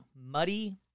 muddy